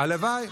הלוואי.